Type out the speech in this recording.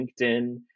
linkedin